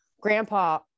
grandpa